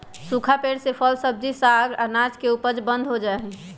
सूखा पेड़ से फल, सब्जी, साग, अनाज के उपज बंद हो जा हई